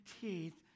teeth